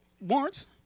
Warrants